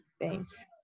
Thanks